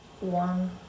One